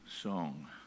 song